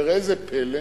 וראה זה פלא,